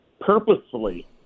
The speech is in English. purposefully